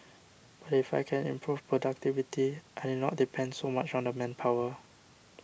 but if I can improve productivity I need not depend so much on the manpower